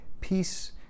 peace